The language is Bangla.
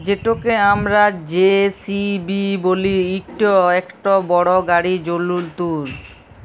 যেটকে আমরা জে.সি.বি ব্যলি ইট ইকট বড় গাড়ি যল্তর